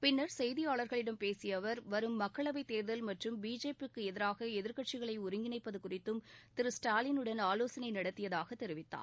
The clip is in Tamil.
பின்னா் செய்தியாளா்களிடம் பேசிய அவா் வரும் மக்களவைத் தோ்தல் மற்றும் பிஜேபி க்கு எதிராக எதிர்கட்சிகளை ஒருங்கிணைப்பது குறித்தும் திரு ஸ்டாலினுடன் ஆலோசனை நடத்தியதாக தெரிவித்தார்